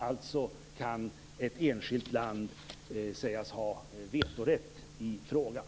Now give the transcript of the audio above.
Alltså kan ett enskilt land sägas ha vetorätt i frågan.